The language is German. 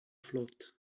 flott